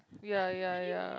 ya ya ya